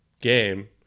game